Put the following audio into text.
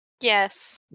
Yes